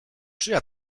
czyja